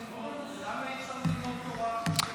למה אי-אפשר ללמוד תורה אחרי השירות?